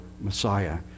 Messiah